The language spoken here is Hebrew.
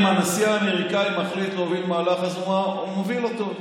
אם הנשיא האמריקאי מחליט להוביל מהלך אז הוא מוביל אותו.